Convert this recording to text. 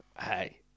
Hey